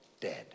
dead